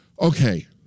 okay